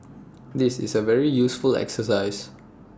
this is A very useful exercise